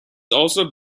also